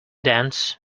dance